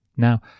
Now